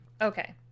Okay